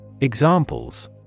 Examples